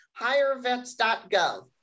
HireVets.gov